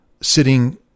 sitting